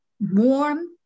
warm